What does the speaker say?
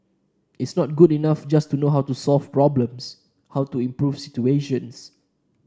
it's not good enough just to know how to solve problems how to improve situations